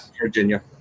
Virginia